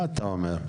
מה אתה אומר.